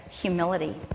humility